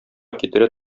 китерә